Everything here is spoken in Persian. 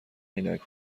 عینک